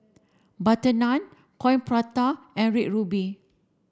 butter naan coin prata and red ruby